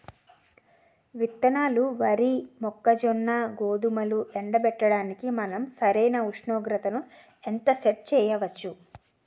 విత్తనాలు వరి, మొక్కజొన్న, గోధుమలు ఎండబెట్టడానికి మనం సరైన ఉష్ణోగ్రతను ఎంత సెట్ చేయవచ్చు?